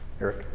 Eric